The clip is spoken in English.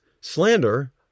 slander